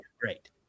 great